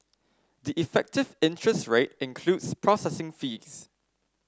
the effective interest rate includes processing fees